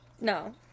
No